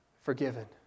forgiven